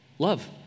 Love